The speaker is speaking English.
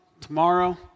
tomorrow